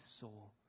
soul